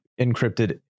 encrypted